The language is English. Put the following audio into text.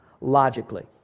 logically